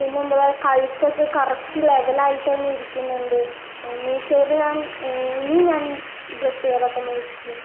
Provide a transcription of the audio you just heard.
പിന്നെ എന്തവാ കഴുത്തൊക്കെ കറക്റ്റ് ലെവലായിട്ട് തന്നെ ഇരിക്കുന്നുണ്ട് മീഷോയിൽ ഞാൻ ഇനി ഞാൻ ഡ്രെസ്സുകളൊക്കെ മേടിക്കും